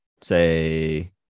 say